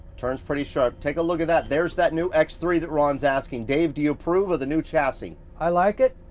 turns pretty sharp, take a look at that. there's that new x three that ron's asking. dave, do you approve of the new chassis? i like it,